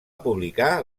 publicar